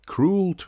Cruel